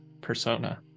persona